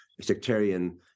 sectarian